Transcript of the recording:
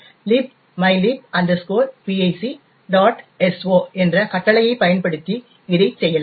so என்ற கட்டளையைப் பயன்படுத்தி இதைச் செய்யலாம்